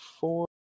four